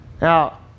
Now